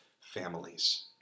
families